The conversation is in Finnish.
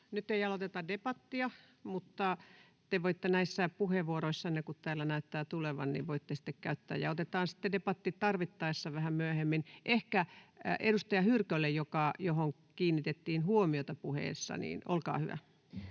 Nyt ei aloiteta debattia, mutta te voitte näitä puheenvuorojanne, kun täällä näyttää niitä tulevan, sitten käyttää. Ja otetaan debatti sitten tarvittaessa vähän myöhemmin. — Ehkä edustaja Hyrkkö, johon kiinnitettiin huomiota puheessa, olkaa hyvä.